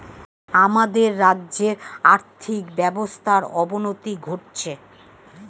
আমাদের রাজ্যের আর্থিক ব্যবস্থার অবনতি ঘটছে